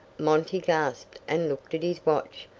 monty gasped and looked at his watch.